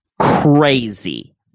crazy